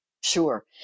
Sure